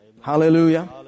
Hallelujah